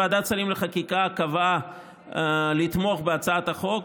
ועדת השרים לחקיקה קבעה תמיכה בהצעת החוק,